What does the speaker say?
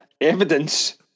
evidence